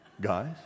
Guys